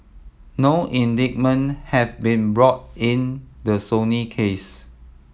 no indictment have been brought in the Sony case